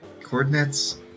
coordinates